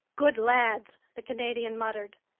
good lads! the canadian muttered.